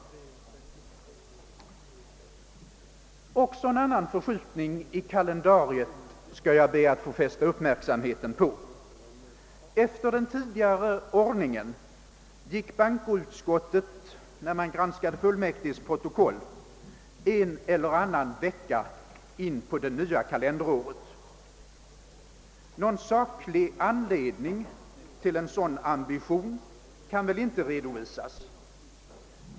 Också en annan förskjutning i kalendariet skall jag be att få fästa uppmärksamhet på. Enligt den tidigare ordningen gick bankoutskottet vid granskningen av fullmäktiges protokoll en eller annan vecka in på det nya kalenderåret. Någon saklig anledning till en sådan ambition kan väl inte redovisas.